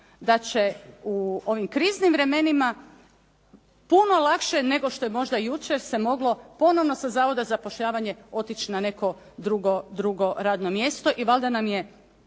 da će u ovim kriznim vremenima puno lakše nego što je možda jučer se moglo ponovno sa Zavoda za zapošljavanje otići na neko drugo radno mjesto.